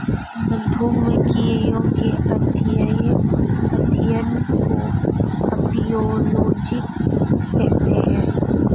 मधुमक्खियों के अध्ययन को अपियोलोजी कहते हैं